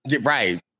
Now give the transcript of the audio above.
Right